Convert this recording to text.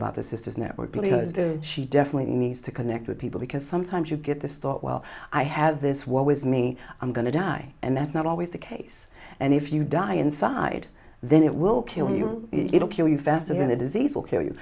about the sisters network leaders the she definitely needs to connect with people because sometimes you get this thought well i have this what with me i'm going to die and that's not always the case and if you die inside then it will kill you it will kill you faster than the disease will kill you